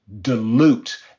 dilute